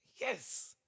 Yes